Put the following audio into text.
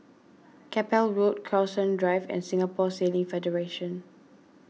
Keppel Road Crowhurst Drive and Singapore Sailing Federation